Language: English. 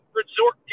resort